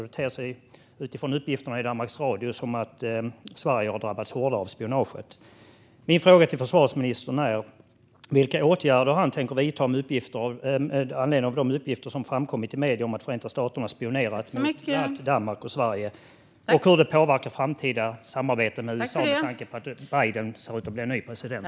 Det ter sig utifrån uppgifterna i Danmarks Radio som att Sverige har drabbats hårdare av spionaget. Min fråga till försvarsministern är vilka åtgärder han tänker vidta med anledning av de uppgifter som framkommit i medierna om att Förenta staterna har spionerat på bland annat Danmark och Sverige och hur detta påverkar framtida samarbete med USA med tanke på att Biden ser ut att bli ny president.